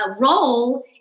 role